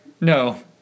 No